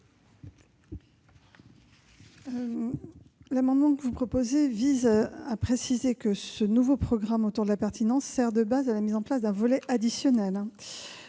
L'amendement que vous proposez vise à préciser que le nouveau programme d'amélioration de la pertinence des soins sert de base à la mise en place d'un volet additionnel.